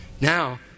Now